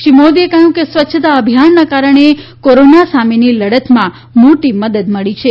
શ્રી મોદીએ કહ્યું કે સ્વચ્છતા અભિયાનના કારણે કોરોના સામેની લડતમાં મોટી મદદ મળી છે